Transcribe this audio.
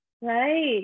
right